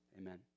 amen